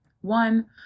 one